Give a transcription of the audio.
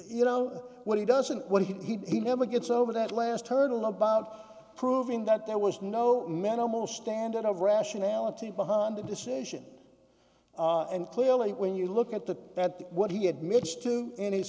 you know what he doesn't what he never gets over that last hurdle about proving that there was no meant almost standard of rationality behind the decision and clearly when you look at the that what he admits to in his